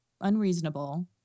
unreasonable